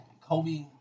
Kobe